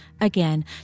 Again